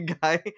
guy